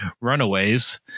Runaways